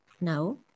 no